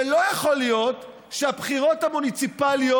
ולא יכול להיות שהבחירות המוניציפליות